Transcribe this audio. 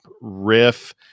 riff